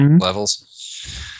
levels